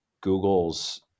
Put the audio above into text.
google's